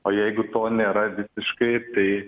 o jeigu to nėra visiškai tai